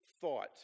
thought